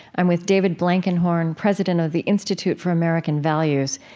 i'm with david blankenhorn, president of the institute for american values,